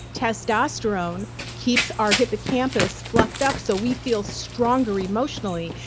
testosterone keeps our hippocampus fluffed up so we feel stronger emotionally.